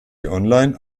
online